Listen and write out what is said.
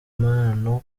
impano